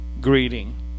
greeting